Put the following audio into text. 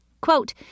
Quote